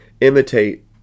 imitate